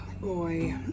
boy